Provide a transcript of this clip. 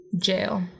Jail